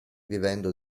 vivendo